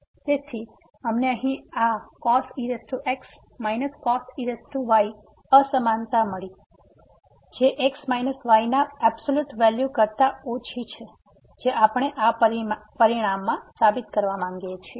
તેથી અમને અહી આ cos ex cos ey અસમાનતા મળી છે જે x y ના એબસોલ્યુટ વેલ્યૂ કરતા ઓછી છે જે આપણે આ પરિણામમાં સાબિત કરવા માગીએ છીએ